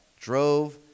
drove